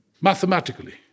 mathematically